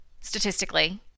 statistically